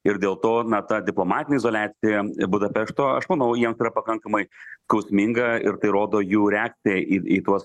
ir dėl to na ta diplomatinė izoliacija budapešto aš manau jiems yra pakankamai skausminga ir tai rodo jų reakciją į į tuos